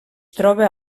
troba